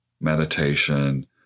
meditation